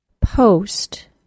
POST